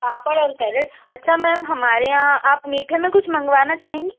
पापड़ और सैलेड अच्छा मैम हमारे यहाँ आप मीठे में कुछ मंगवाना चाहेंगी